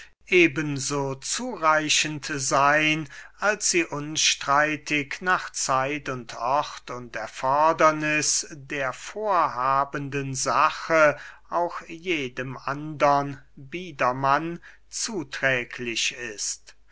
so zureichend seyn als sie unstreitig nach zeit und ort und erforderniß der vorhabenden sache auch jedem andern biedermann zuträglich ist